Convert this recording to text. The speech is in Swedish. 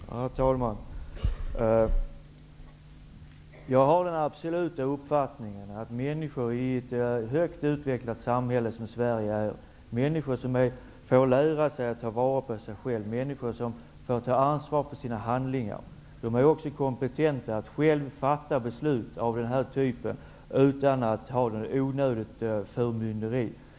Herr talman! Jag har den absoluta uppfattningen att människor i ett högt utvecklat samhälle som Sverige vilka fått lära sig att ta vara på sig själva och ta ansvar för sina handlingar också är kompetenta att själva fatta beslut utan onödigt förmynderi.